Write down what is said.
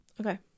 Okay